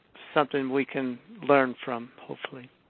something we can learn from, hopefully.